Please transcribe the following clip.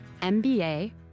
MBA